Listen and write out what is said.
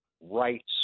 Rights